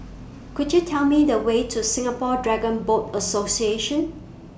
Could YOU Tell Me The Way to Singapore Dragon Boat Association